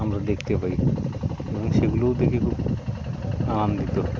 আমরা দেখতে পাই এবং সেগুলোও দেখে খুব আনন্দিত